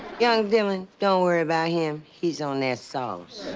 young dylan, don't worry about him. he's on that sauce.